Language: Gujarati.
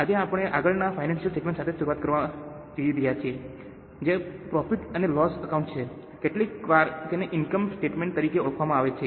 આજે આપણે આગળના ફાઇનાન્સિયલ સ્ટેટમેન્ટ સાથે શરૂઆત કરવા જઈ રહ્યા છીએ જે પ્રોફિટ અને લોસ એકાઉન્ટ છે કેટલીકવાર તેને ઇનકમ સ્ટેટમેન્ટ તરીકે ઓળખવામાં આવે છે